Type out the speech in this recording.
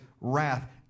wrath